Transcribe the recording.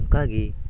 ᱚᱱᱠᱟᱜᱮ